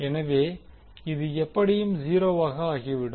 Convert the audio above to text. எனவே இது எப்படியும் 0 வாக ஆகிவிடும்